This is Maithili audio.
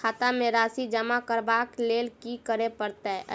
खाता मे राशि जमा करबाक लेल की करै पड़तै अछि?